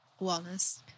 wellness